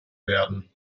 werden